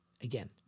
again